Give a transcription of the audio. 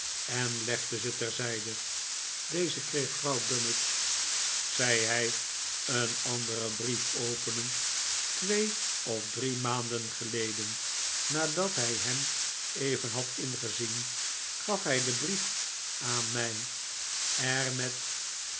en legde ze terzijde dezen kreeg vrouw gummidge zei hij een anderen brief openend twee of drie maanden geleden nadat hij hem even had ingezien gaf hij den brief aan mij er met